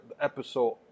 episode